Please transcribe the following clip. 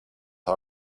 all